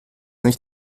nicht